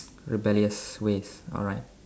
rebellious ways alright